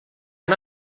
han